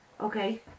Okay